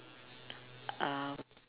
uh